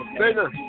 bigger